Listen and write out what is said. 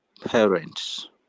parents